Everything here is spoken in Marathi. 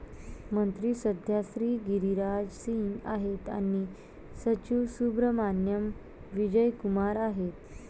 मंत्री सध्या श्री गिरिराज सिंग आहेत आणि सचिव सुब्रहमान्याम विजय कुमार आहेत